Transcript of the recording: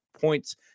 points